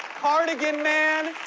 cardigan man,